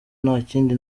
ntakindi